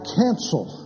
cancel